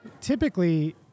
typically